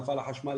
נפל החשמל,